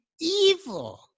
evil